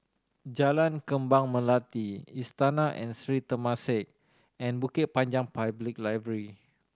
Jalan Kembang Melati Istana and Sri Temasek and Bukit Panjang Public Library